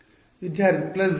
ವಿದ್ಯಾರ್ಥಿ ಪ್ಲಸ್ 0